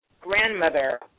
grandmother